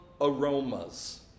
aromas